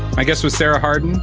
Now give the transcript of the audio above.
my guest was sarah harden,